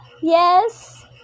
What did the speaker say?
Yes